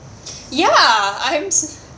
ya I'm